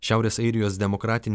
šiaurės airijos demokratinė